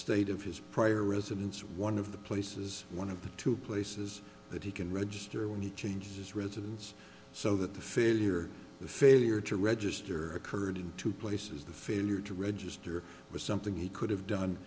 state of his prior residence one of the places one of the two places that he can register when he changes his residence so that the failure the failure to register occurred in two places the failure to register was something he could have done